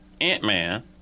ant-man